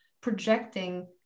projecting